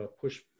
push